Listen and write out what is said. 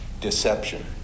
deception